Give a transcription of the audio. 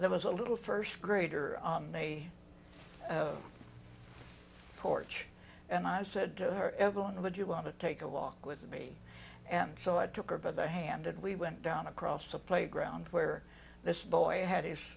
there was a little first grader on a porch and i said to her evelyn would you want to take a walk with me and so i took her by the hand and we went down across a playground where this boy had